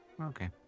okay